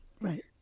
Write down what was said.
Right